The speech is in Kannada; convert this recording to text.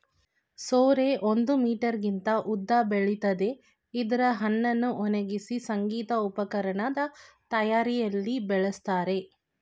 ಸೋರೆ ಒಂದು ಮೀಟರ್ಗಿಂತ ಉದ್ದ ಬೆಳಿತದೆ ಇದ್ರ ಹಣ್ಣನ್ನು ಒಣಗ್ಸಿ ಸಂಗೀತ ಉಪಕರಣದ್ ತಯಾರಿಯಲ್ಲಿ ಬಳಸ್ತಾರೆ